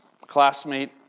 classmate